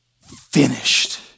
finished